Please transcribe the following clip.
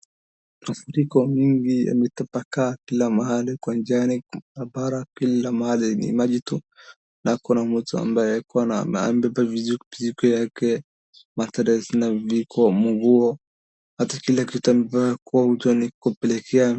Mafuriko mengi yametapakaa kila mahali kwa njia ya bara kila mahali ni maji tu. Na kuna mtu ambaye amebeba mizigo yake matresi na nguo ati kila kitu amebeba kumpelekea.